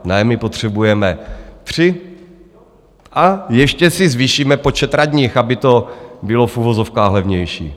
Ne, my potřebujeme tři a ještě si zvýšíme počet radních, aby to bylo v uvozovkách levnější.